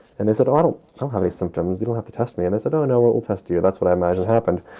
and this at all. so how many symptoms you don't have to test me on this. i don't know what will test to you. that's what i am. i just happened.